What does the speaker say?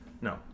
No